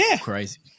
crazy